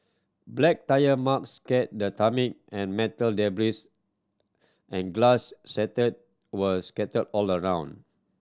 black tyre marks scarred the tarmac and metal debris and glass shard were scattered all around